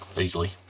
easily